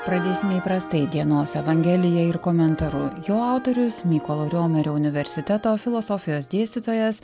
pradėsime įprastai dienos evangelija ir komentaru jo autorius mykolo riomerio universiteto filosofijos dėstytojas